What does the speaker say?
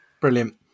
Brilliant